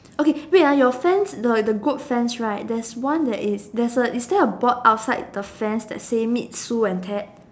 okay wait ah your fence the the goat fence right there's one that is there's a is there a board outside the fence that say meet Sue and pat